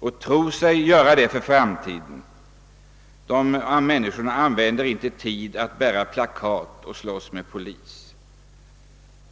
och som tror sig ar beta för framtiden, använder inte sin tid till att bära plakat och slåss med polis.